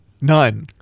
None